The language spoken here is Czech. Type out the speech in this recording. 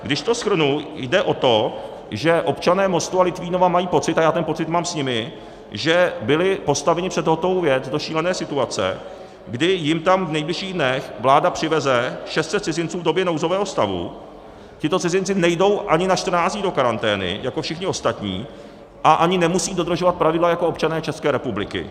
Když to shrnu, jde o to, že občané Mostu a Litvínova mají pocit, a já ten pocit mám s nimi, že byli postaveni před hotovou věc do šílené situace, kdy jim tam v nejbližších dnech vláda přiveze 600 cizinců v době nouzového stavu, tito cizinci nejdou ani na 14 dní do karantény jako všichni ostatní a ani nemusí dodržovat pravidla jako občané České republiky.